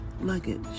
luggage